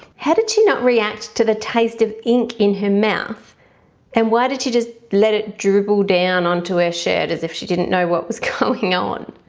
how did she not react to the taste of ink in her mouth and why did she just let it drool down onto her shirt as if she didn't know what was going on?